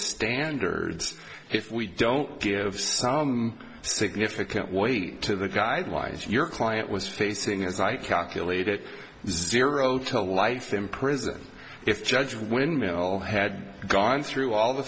standards if we don't give some significant weight to the guidelines your client was facing as i calculate it zero to life in prison if judge windmill had gone through all